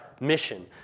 mission